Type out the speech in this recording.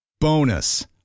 Bonus